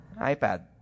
iPad